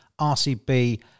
RCB